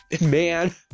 man